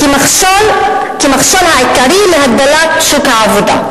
כמכשול העיקרי להגדלת שוק העבודה,